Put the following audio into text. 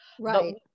right